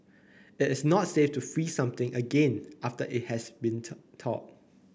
it is not safe to freeze something again after it has went thawed